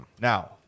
now